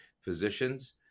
physicians